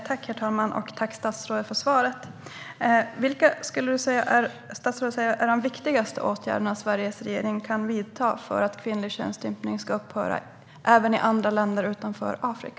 Herr talman! Tack, statsrådet, för svaret! Vilka skulle statsrådet säga är de viktigaste åtgärder som Sveriges regering kan vidta för att kvinnlig könsstympning ska upphöra också i länder utanför Afrika?